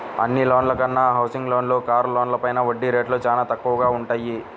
అన్ని లోన్ల కన్నా హౌసింగ్ లోన్లు, కారు లోన్లపైన వడ్డీ రేట్లు చానా తక్కువగా వుంటయ్యి